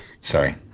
sorry